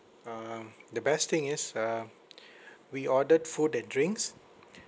um the best thing is uh we ordered food and drinks